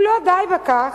אם לא די בכך,